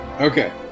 Okay